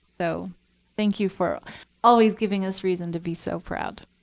so thank you for always giving us reason to be so proud.